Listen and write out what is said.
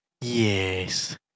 yes